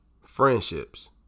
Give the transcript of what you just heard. friendships